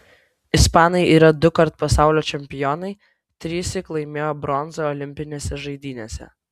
ispanai yra dukart pasaulio čempionai trissyk laimėjo bronzą olimpinėse žaidynėse